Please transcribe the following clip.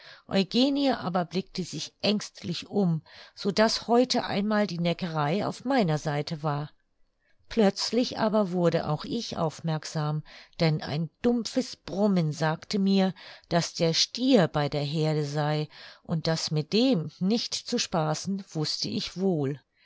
eugenie aber blickte sich ängstlich um so daß heute einmal die neckerei auf meiner seite war plötzlich aber wurde auch ich aufmerksam denn ein dumpfes brummen sagte mir daß der stier bei der heerde sei und daß mit dem nicht zu spaßen wußte ich wohl